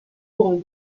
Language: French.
pourrons